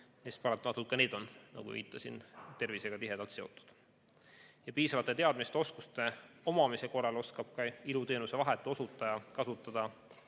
mis paratamatult on, nagu viitasin, tervisega tihedalt seotud. Piisavate teadmiste ja oskuste omamise korral oskab ka iluteenuse vahetu osutaja kasutada